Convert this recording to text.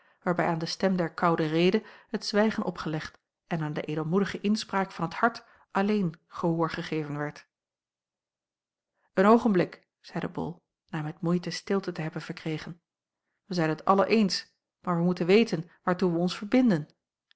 waarbij aan de stem der koude rede het zwijgen opgelegd en aan de edelmoedige inspraak van het hart alleen gehoor gegeven werd een oogenblik zeide bol na met moeite stilte te hebben verkregen wij zijn het allen eens maar wij moeten weten waartoe wij ons verbinden